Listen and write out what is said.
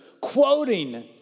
quoting